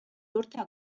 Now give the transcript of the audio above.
urte